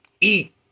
eat